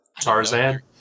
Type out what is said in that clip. Tarzan